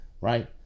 right